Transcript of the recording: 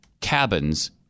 cabins